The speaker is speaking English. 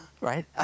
right